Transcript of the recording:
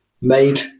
made